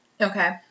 okay